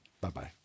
Bye-bye